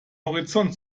horizont